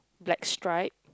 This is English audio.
black stripe